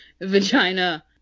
vagina